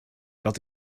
dat